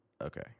Okay